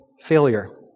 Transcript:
failure